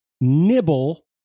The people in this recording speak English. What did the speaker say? nibble